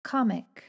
Comic